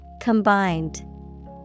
Combined